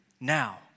now